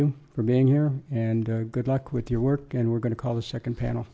you for being here and good luck with your work and we're going to call the second panel